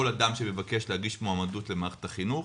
כל אדם שמבקש להגיש מועמדות למערכת החינוך,